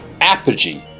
apogee